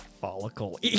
Follicle